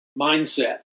mindset